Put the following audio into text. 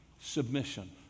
Submission